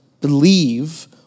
believe